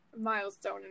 milestone